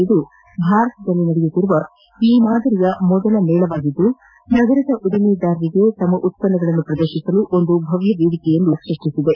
ಇದು ಭಾರತದಲ್ಲಿ ನಡೆಯುತ್ತಿರುವ ಈ ರೀತಿಯ ಮೊದಲ ಮೇಳವಾಗಿದ್ದು ನಗರದ ಉದ್ದಿಮೆದಾರರಿಗೆ ತಮ್ಮ ಉತ್ಪನ್ನಗಳನ್ನು ಪ್ರದರ್ಶಿಸಲು ಒಂದು ವೇದಿಕೆಯಾಗಿದೆ